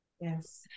Yes